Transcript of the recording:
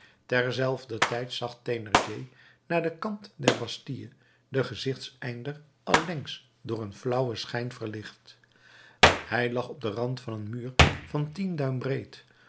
terzelfder tijd zag thénardier naar den kant der bastille den gezichteinder allengs door een flauwen schijn verlicht hij lag op den rand van een muur van tien duim breed